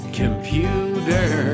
computer